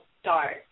start